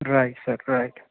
right sir right